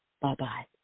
Bye-bye